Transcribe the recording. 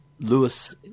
Lewis